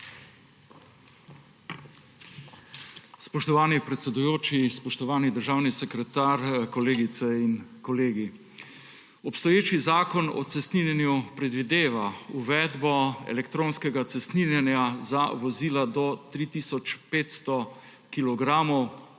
Spoštovani predsedujoči, spoštovani državni sekretar, kolegice in kolegi! Obstoječi zakon o cestninjenju predvideva uvedbo elektronskega cestninjenja za vozila do 3 tisoč 500 kilogramov